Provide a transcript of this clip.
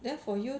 then for you